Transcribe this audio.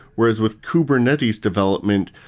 whereas with kubernetes development,